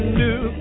new